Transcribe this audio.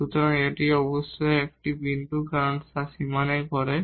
সুতরাং এটি অবশ্যই একটি বিন্দু কারণ বাউন্ডারিয় পড়ে